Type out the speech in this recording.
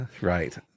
right